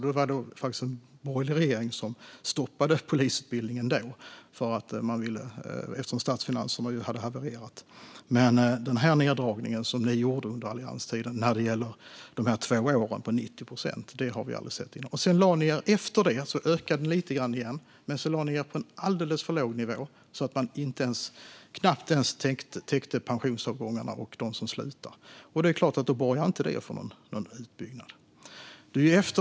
Då var det faktiskt en borgerlig regering som stoppade polisutbildningen, eftersom statsfinanserna hade havererat. Men den neddragning som ni gjorde under allianstiden, Jan Ericson - 90 procent på två år - har vi aldrig sett förut. Efter det ökade ni lite grann igen, men sedan lade ni er på en alldeles för låg nivå, så att man knappt ens täckte för pensionsavgångarna och för andra som slutade. Det är klart att det inte borgar för någon utbyggnad.